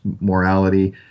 morality